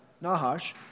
Nahash